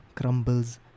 crumbles